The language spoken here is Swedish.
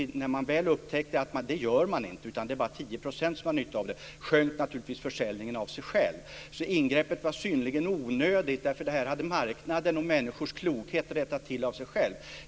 När man väl upptäckte att man inte gör det, utan att det bara är 10 % som har nytta av det, sjönk naturligtvis försäljningen av sig själv. Så ingreppet var synnerligen onödigt, därför att det här hade marknaden och människors klokhet rättat till av sig själv.